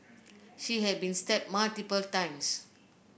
she had been stabbed multiple times